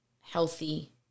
healthy